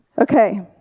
Okay